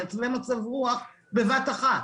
מייצבי מצב רוח בבת אחת.